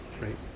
right